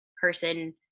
person